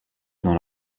dans